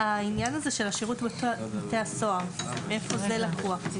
העניין הזה של שירות בתי הסוהר, מאיפה זה לקוח?